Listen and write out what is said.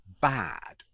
bad